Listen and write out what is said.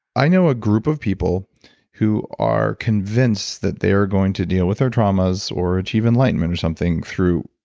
i know a group of people who are convinced that they are going to deal with their traumas or achieve enlightenment or something through